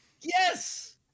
Yes